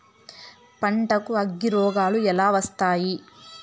పంటకు అగ్గిరోగాలు ఎలా వస్తాయి?